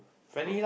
so